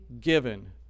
given